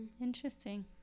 Interesting